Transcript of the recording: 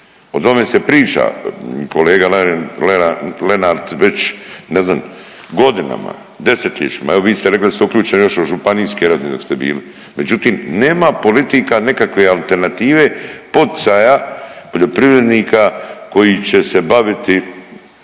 O tome se priča kolega Lenart već ne znam godinama, desetljećima, evo vi ste rekli da ste uključeni još od županijske razine dok ste bili. Međutim, nema politika nikakve alternative, poticaja poljoprivrednika koji će se baviti